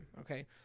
Okay